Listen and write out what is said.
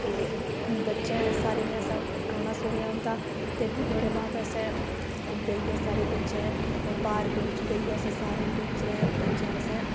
ते बच्चें सारें न असें गाना सुनेआ उंदा ते फ्ही नुआढ़े बाद असें बेहियै सारें बच्चें पार्क बिच बेहियै असें टीचरें सारें बच्चें असें